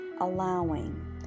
allowing